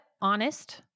honest